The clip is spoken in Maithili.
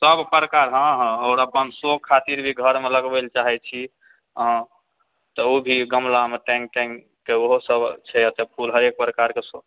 सब प्रकार हँ हँ आओर अपन शो खातिर भी घरमे लगबै ले चाहैत छी हँ तऽ ओ भी गमलामे टाँगि टाँगिके ओहो सब छै फूल हरेक प्रकारकेँ